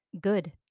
good